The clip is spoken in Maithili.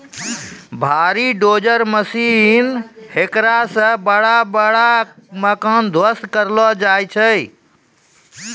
भारी डोजर मशीन हेकरा से बड़ा बड़ा मकान ध्वस्त करलो जाय छै